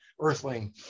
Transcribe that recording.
earthling